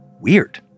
Weird